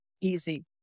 easy